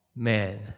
Man